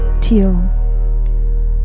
Teal